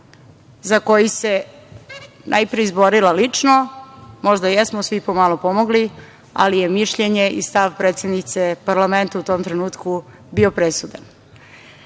za koji se najpre izborila lično. Možda jesmo svi pomalo pomogli, ali mišljenje i stav predsednice parlamenta u tom trenutku je bio presudan.